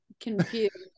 confused